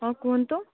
ହଁ କୁହନ୍ତୁ